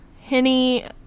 Henny